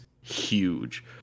huge